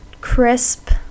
crisp